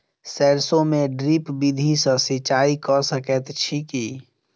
सैरसो मे ड्रिप विधि सँ सिंचाई कऽ सकैत छी की?